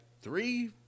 three